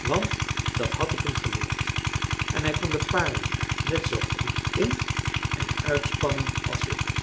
want dat had ik hem geleerd en hij kon de paarden net zoo goed in en uitspannen als ik